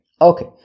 Okay